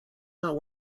not